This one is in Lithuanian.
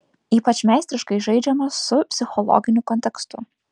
ypač meistriškai žaidžiama su psichologiniu kontekstu